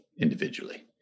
individually